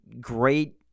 great